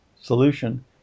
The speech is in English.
solution